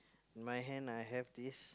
in my hand I have this